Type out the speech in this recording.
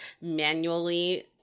manually